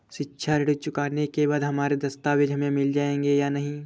शिक्षा ऋण चुकाने के बाद हमारे दस्तावेज हमें मिल जाएंगे या नहीं?